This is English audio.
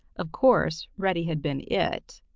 of course reddy had been it.